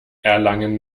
erlangen